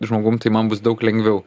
žmogum tai man bus daug lengviau